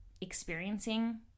experiencing